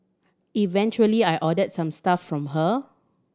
eventually I ordered some stuff from her